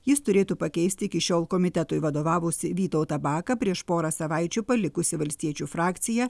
jis turėtų pakeisti iki šiol komitetui vadovavusį vytautą baką prieš porą savaičių palikusį valstiečių frakciją